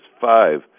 five